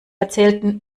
erzählten